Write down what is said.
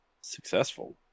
successful